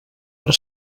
per